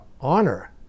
honor